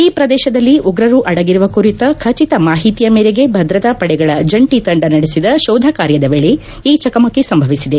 ಈ ಪ್ರದೇಶದಲ್ಲಿ ಉಗ್ರರು ಅಡಗಿರುವ ಕುರಿತ ಖಚಿತ ಮಾಹಿತಿಯ ಮೇರೆಗೆ ಭದ್ರತಾ ಪಡೆಗಳ ಜಂಟಿ ತಂಡ ನಡೆಸಿದ ಶೋಧ ಕಾರ್ಯದ ವೇಳೆ ಈ ಚಕಮಕಿ ಸಂಭವಿಸಿದೆ